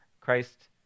Christ